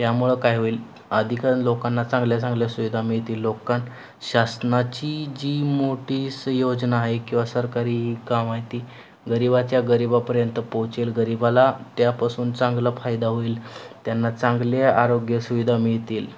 त्यामुळं काय होईल अधिक लोकांना चांगल्या चांगल्या सुविधा मिळतील लोकां शासनाची जी मोठी स योजना आहे किंवा सरकारी काम आहे ती गरिबाच्या गरिबापर्यंत पोहोचेल गरिबाला त्यापासून चांगला फायदा होईल त्यांना चांगले आरोग्य सुविधा मिळतील